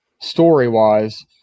story-wise